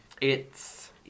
it's-